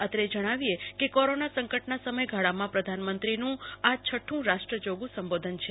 અત્રે જણાવીએ કે કોરોના સંકટના સમયગાળામાં પ્રધાનમંત્રીનું આ છઠું રાષ્ટ્રજોગ સંબોધન છે